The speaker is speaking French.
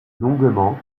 longuement